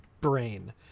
brain